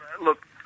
Look